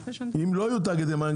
אם לא יהיו תאגידי מים,